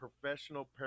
professional